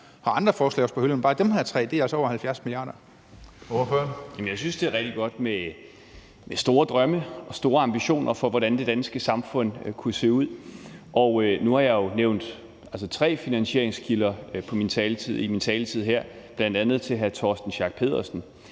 næstformand (Karsten Hønge): Ordføreren. Kl. 15:40 Peter Kofod (DF): Jamen jeg synes, det er rigtig godt med store drømme og store ambitioner for, hvordan det danske samfund kunne se ud. Nu har jeg jo nævnt tre finansieringskilder i min taletid her, bl.a. til hr. Torsten Schack Pedersen.